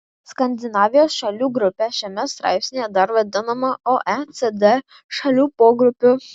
skandinavijos šalių grupė šiame straipsnyje dar vadinama oecd šalių pogrupiu